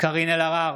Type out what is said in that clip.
קארין אלהרר,